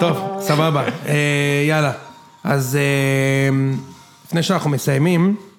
טוב, סבבה. אה... יאללה. אז אה... לפני שאנחנו מסיימים...